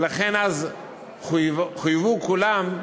ולכן אז חויבו כולם,